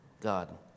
God